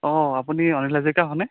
অঁ আপুনি অনিল হাজৰীকা হয়নে